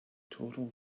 total